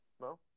No